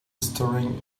storing